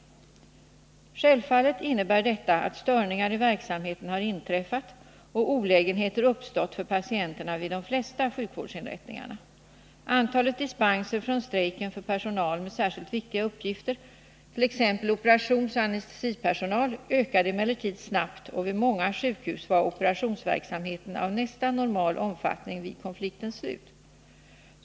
Självfallet innebär detta att störningar i verksamheten har inträffat och olägenheter uppstått för patienterna vid de flesta sjukvårdsinrättningarna. Antalet dispenser från strejken för personal med särskilt viktiga uppgifter, t.ex. operationsoch anestesipersonal, ökade emellertid snabbt, och vid många sjukhus var operationsverksamheten av nästan normal omfattning vid konfliktens slut.